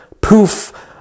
poof